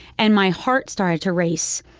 and my heart started to race.